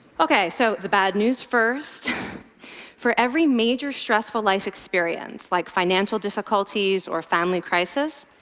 okay, so the bad news first for every major stressful life experience, like financial difficulties or family crisis,